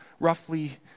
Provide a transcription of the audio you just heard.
Roughly